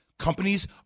Companies